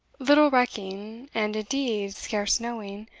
little recking, and indeed scarce knowing,